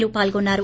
లు పాల్గొన్నారు